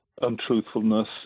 untruthfulness